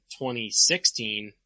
2016